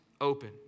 open